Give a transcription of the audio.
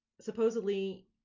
supposedly